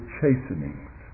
chastenings